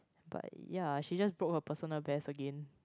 but ya she just broke her personal best again